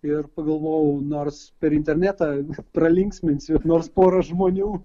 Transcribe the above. ir pagalvojau nors per internetą pralinksminsiu nors porą žmonių